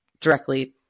directly